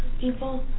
people